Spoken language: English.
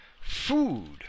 food